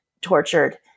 tortured